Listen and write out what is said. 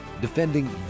Defending